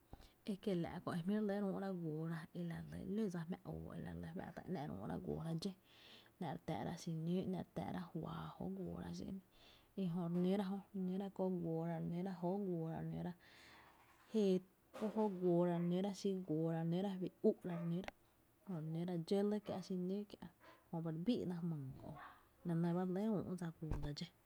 Ekie’la’ kö e jmíoi’ re lɇ re üú’ra guoorae la re lɇ ló dsa jmⱥⱥ oo e la re lɇ re üúra guoora dxó, ‘nⱥ’ re tä’ra xinǿǿ, ejö re nǿra jö, re nǿra ko guoora, renǿra jee jö guoora, re nǿra, xi guoora, re nǿra fi ú’ra re nǿra, jö re nǿra dxo le kiä’ xinǿǿ kiä’ jöba re bi’ ná jmyy kö’ la ne ba re le ü’dsa guoodsa dxó.